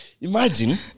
Imagine